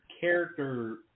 character